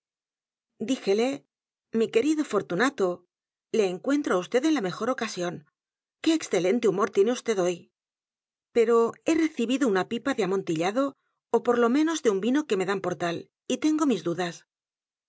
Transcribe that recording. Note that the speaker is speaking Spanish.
díjele mi querido fortunato le encuentro á vd en la mejor ocasión qué excelente humor tiene vd h o y pero he recibido una pipa de amontillado ó por lo menos de un vino que me dan por tal y tengo mis dudas